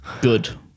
Good